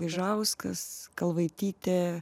gaižauskas kalvaitytė